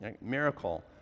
Miracle